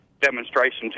demonstration